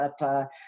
up